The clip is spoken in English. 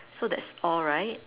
so there's all right